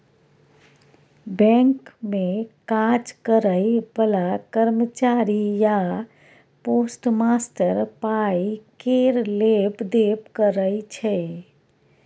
bank मे काज करय बला कर्मचारी या पोस्टमास्टर पाइ केर लेब देब करय छै